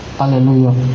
hallelujah